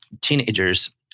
teenagers